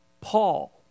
Paul